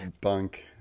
bunk